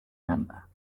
number